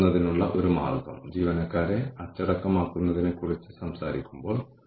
എന്നിട്ട് നമ്മൾ കൂടുതൽ മുന്നോട്ട് പോയി നമ്മുടെ നിക്ഷേപത്തിൽ നിന്ന് എന്തെങ്കിലും ലാഭം ലഭിച്ചിട്ടുണ്ടോ എന്ന് നോക്കുക